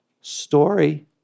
Story